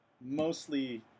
Mostly